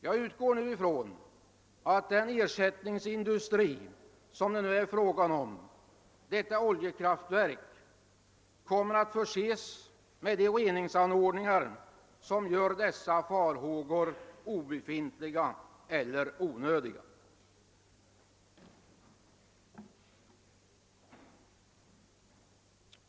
Jag utgår ifrån att den ersättningsindustri som det nu är fråga om, detta oljekraftverk, kommer att förses med reningsanordningar som gör farhågorna för miljöförstöring onödiga.